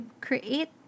create